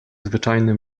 zwyczajny